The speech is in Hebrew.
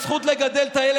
נגד.